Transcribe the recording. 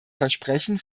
versprechen